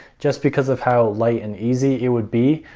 just because of how light and easy it would be.